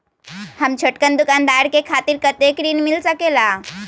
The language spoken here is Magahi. हम छोटकन दुकानदार के खातीर कतेक ऋण मिल सकेला?